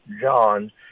John